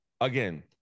Again